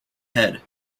head